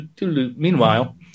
meanwhile